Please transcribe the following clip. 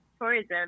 tourism